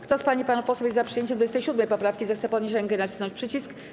Kto z pań i panów posłów jest za przyjęciem 27. poprawki, zechce podnieść rękę i nacisnąć przycisk.